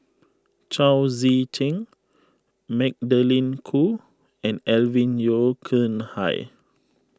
Chao Tzee Cheng Magdalene Khoo and Alvin Yeo Khirn Hai